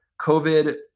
COVID